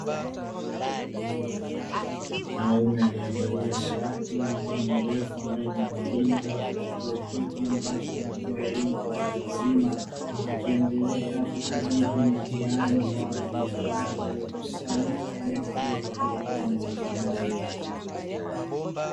Mwanaume aliyevalia shati la mikono mirefu ambaye ni mwalimu katika kituo hiki, ambacho kinatoa elimu kwa watu wazima. Akiendelea kukabidhi mitihani kwa wanafunzi wake waliokusanyika eneo hilo kwa ajili ya kufanya mitihani.